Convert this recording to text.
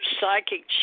psychic